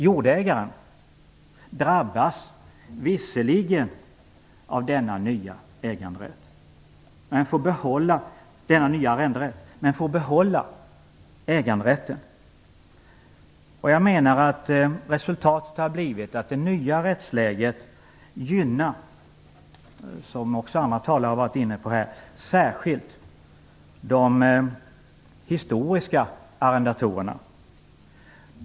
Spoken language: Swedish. Jordägaren drabbas visserligen av denna nya arrenderätt men får behålla äganderätten. Jag menar att resultatet är att det nya rättsläget gynnar - som andra talare här också varit inne på - särskilt de historiska arrendatorerna.